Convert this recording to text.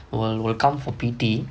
will will come for P_T